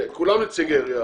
הרי כולם נציגי עירייה,